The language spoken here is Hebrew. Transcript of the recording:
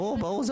ברור, ברור.